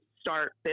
start